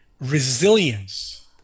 resilience